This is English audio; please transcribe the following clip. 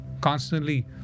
constantly